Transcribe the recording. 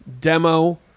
Demo